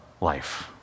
life